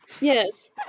Yes